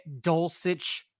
Dulcich